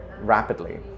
rapidly